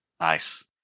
Nice